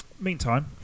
meantime